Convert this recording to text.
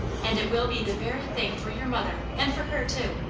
and it will be the very thing for your mother and for her, too.